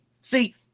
See